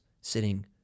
sitting